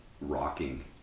rocking